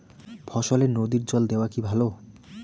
ফসলে নদীর জল দেওয়া কি ভাল?